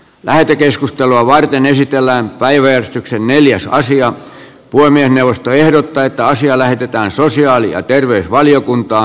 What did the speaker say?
lähetekeskustelua varten esitellään päivetyksen mieliä salaisia voimia puhemiesneuvosto ehdottaa että asia lähetetään sosiaali ja terveysvaliokuntaan